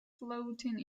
floating